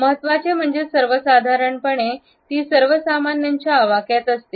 महत्वाचे म्हणजे सर्वसाधारणपणे ती सर्वसामान्यांच्या आवाक्यात असते